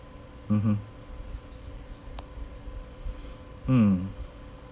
mmhmm mm